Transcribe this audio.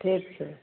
ठीक छै